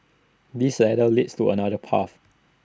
this ladder leads to another path